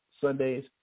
Sundays